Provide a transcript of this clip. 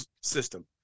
system